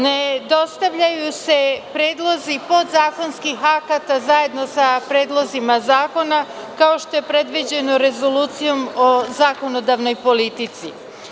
Ne dostavljaju se predlozi podzakonskih akata zajedno sa predlozima zakona, kao što je predviđeno Rezolucijom o zakonodavnoj politici.